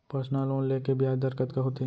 Personal loan ले के ब्याज दर कतका होथे?